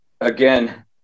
again